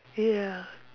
ya